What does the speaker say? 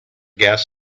gas